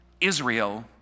Israel